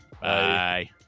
Bye